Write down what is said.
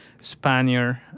Spaniard